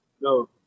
No